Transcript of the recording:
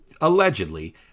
allegedly